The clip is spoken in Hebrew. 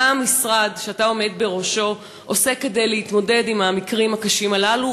מה המשרד שאתה עומד בראשו עושה כדי להתמודד עם המקרים הקשים הללו,